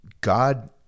God